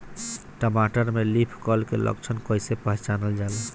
टमाटर में leaf curl के लक्षण कइसे पहचानल जाला?